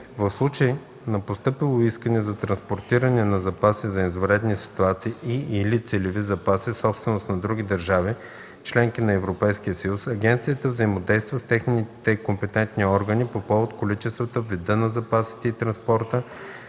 В случай на постъпило искане за транспортиране на запаси за извънредни ситуации и/или целеви запаси – собственост на други държави – членки на Европейския съюз, агенцията взаимодейства с техните компетентни органи по повод количествата, вида на запасите и транспорта,